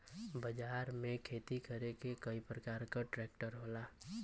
बाजार में खेती करे के कई परकार के ट्रेक्टर होला